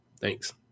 Thanks